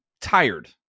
tired